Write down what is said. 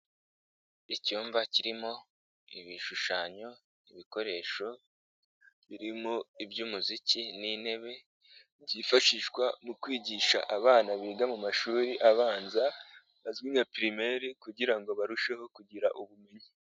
Icyumba kirimo ibishushanyo ibikoresho birimo iby'umuziki n'intebe byifashishwa mu kwigisha abana biga mu mashuri abanza azwi nka pirimeri kugira ngo barusheho kugira ubumenyi.